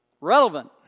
relevant